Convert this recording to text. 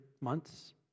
months